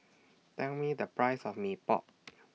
Tell Me The Price of Mee Pok